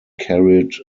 carried